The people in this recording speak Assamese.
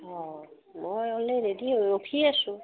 অঁ মই অলাই ৰেডি হৈ ৰখি আছোঁ